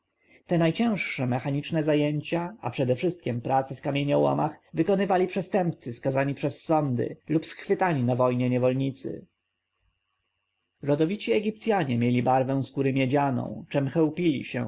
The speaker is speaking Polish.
te najcięższe mechaniczne zajęcia a przedewszystkiem prace w kamieniołomach wykonywali przestępcy skazani przez sądy lub schwytani na wojnie niewolnicy rodowici egipcjanie mieli barwę skóry miedzianą czem chełpili się